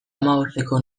hamabosteko